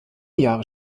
jahre